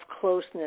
closeness